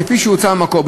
כפי שהוצע במקור,